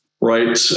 right